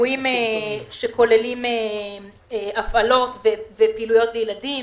אירועים שכוללים הפעלות ופעילויות לילדים,